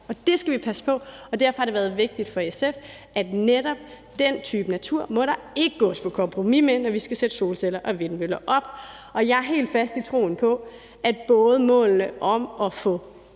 og den skal vi passe på, og derfor har det været vigtigt for SF, at der ikke må gås på kompromis med netop den type natur, når vi skal sætte solceller og vindmøller op. Og jeg er helt fast i troen på, at målene om både